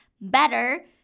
better